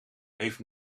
heeft